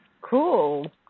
Cool